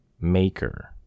Maker